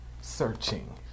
searching